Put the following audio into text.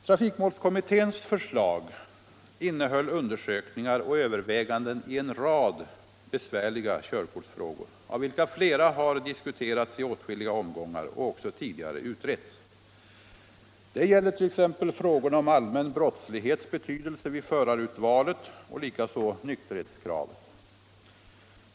Trafik målskommitténs förslag innehöll undersökningar och överväganden i en rad besvärliga körkortsfrågor, av vilka flera har diskuterats i åtskilliga omgångar och också tidigare utretts. Det gäller t.ex. frågorna om allmän brottslighets betydelse vid förarurvalet och likaså nykterhetskraven.